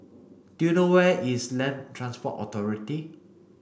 do you know where is Land Transport Authority